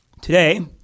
today